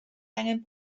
angen